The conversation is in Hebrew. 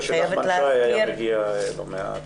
אני חייבת להזכיר --- נחמן שי היה מגיע לא מעט.